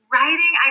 Writing